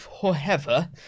forever